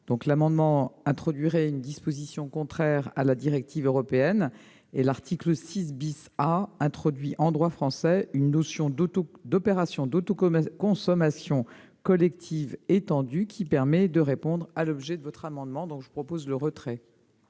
amendement introduirait donc une disposition contraire à la directive européenne. Par ailleurs, l'article 6 A introduit en droit français une notion d'opération d'autoconsommation collective étendue, qui permet de répondre à l'objet de l'amendement. J'en demande donc le retrait.